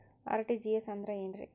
RTGS ಅಂದ್ರ ಏನ್ರಿ?